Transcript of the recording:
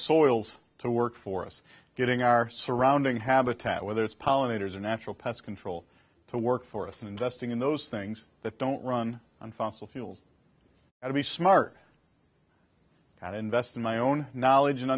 soils to work for us getting our surrounding habitat whether it's pollinators or natural pest control to work for us and investing in those things that don't run on fossil fuels and to be smart and invest in my own knowledge and